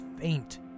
faint